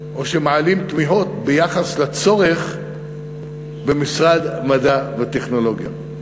או שמעלים תמיהות ביחס לצורך במשרד המדע והטכנולוגיה.